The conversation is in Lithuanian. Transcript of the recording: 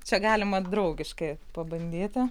čia galima draugiškai pabandyti